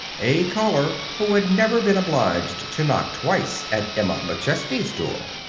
a caller who had never been obliged to knock twice at emma mcchesney's door.